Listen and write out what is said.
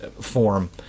form